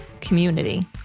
Community